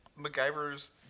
MacGyver's